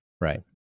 Right